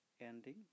ending